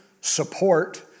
support